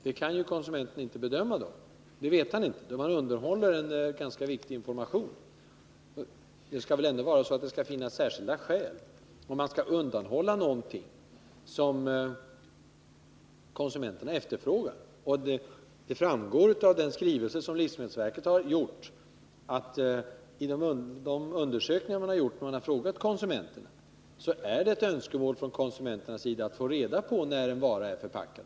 Det kan konsumenten inte bedöma då, eftersom han undanhålls en ganska viktig information. Det skall väl ändå finnas särskilda skäl om man skall undanhålla någonting som konsumenterna efterfrågar. Enligt livsmedelsverkets skrivelse framgår av de undersökningar som man har gjort — när man har frågat konsumenterna — att det är ett önskemål från konsumenterna att få reda på när en vara blivit förpackad.